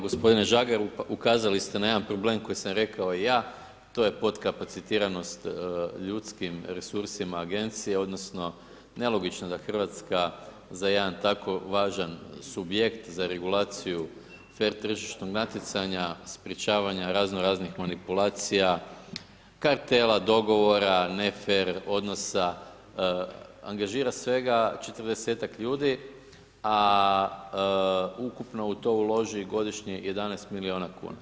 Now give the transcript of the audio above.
Gospodine Žagar ukazali ste na jedan problem koji sam rekao i ja to je podkapacitiranost ljudskim resursima agencije odnosno nelogično da Hrvatska za jedan tako važan subjekt za regulaciju fer tržišnog natjecanja sprječavanja razno raznih manipulacija, kartela, dogovora, ne fer odnosa, angažira svega 40-ak ljudi a ukupno u to uloži godišnje 11 milijuna kuna.